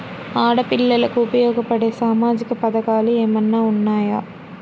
ఆడపిల్లలకు ఉపయోగపడే సామాజిక పథకాలు ఏమైనా ఉన్నాయా?